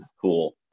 Cool